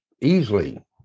easily